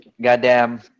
goddamn